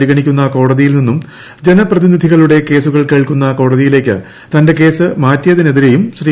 പരിഗണിക്കുന്ന കോടതിയിൽ നിന്നും ജനപ്രതിനിധികളുടെ കേസുകൾ കേൾക്കുന്ന കോടതിയിലേക്ക് തന്റെ കേസ് മാറ്റിയതിനെതിരെയും ശ്രീ